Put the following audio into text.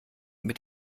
mit